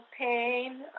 pain